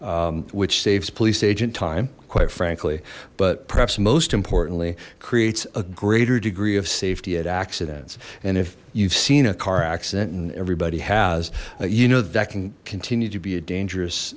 respond which saves police agent time quite frankly but perhaps most importantly creates a greater degree of safety at accidents and if you've seen a car accident and everybody has you know that can continue to be a dangerous